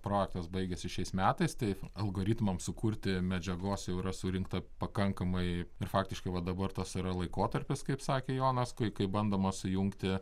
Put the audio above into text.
projektas baigiasi šiais metais tai algoritmam sukurti medžiagos jau yra surinkta pakankamai ir faktiškai va dabar tas yra laikotarpis kaip sakė jonas kai kai bandoma sujungti